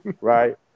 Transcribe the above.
right